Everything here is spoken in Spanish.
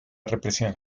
represión